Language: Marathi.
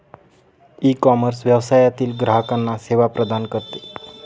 ईकॉमर्स व्यवसायातील ग्राहकांना सेवा प्रदान करते